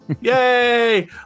yay